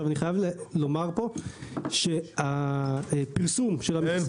אני חייב לומר פה שהפרסום --- אין,